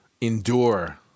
endure